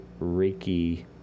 Reiki